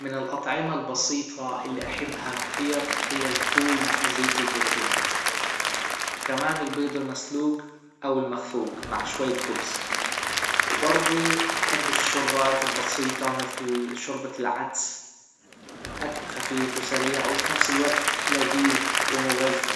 من الأطعمة البسيطة إللى أحبها كثير هى الفول مع زيت الزتون وكمان البيض المسلوج أو المخفوج مع شوية خبز وبرضه أحب الشوربات البسيطة مثل شوربة العدس أكل خفيف و سريع و فى نفس الوجت لذيذ و مغذى